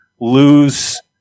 lose